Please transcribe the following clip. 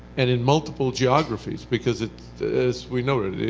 and in multiple geographies because as we noted,